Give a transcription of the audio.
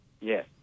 Yes